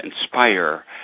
inspire